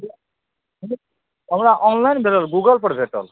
हमरा ऑनलाइन भेटल गुगल पर भेटल हँ